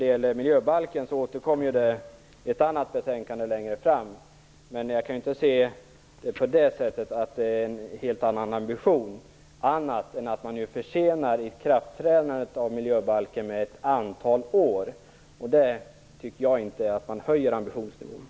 Frågan om miljöbalken återkommer i ett annat betänkande som vi behandlar längre fram, men jag kan inte se att det handlar om en helt annan ambition. Man försenar bara ikraftträdandet av miljöbalken med ett antal år. Det tycker jag inte är detsamma som att man höjer ambitionsnivån.